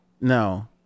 No